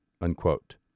unquote